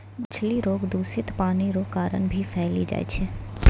मछली रोग दूषित पानी रो कारण भी फैली जाय छै